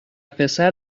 پسر